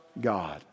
God